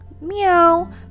Meow